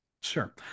sure